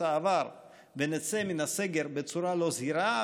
העבר ונצא מן הסגר בצורה לא זהירה,